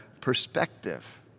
perspective